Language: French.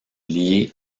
liés